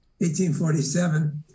1847